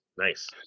Nice